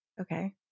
okay